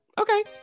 Okay